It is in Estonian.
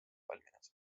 valminud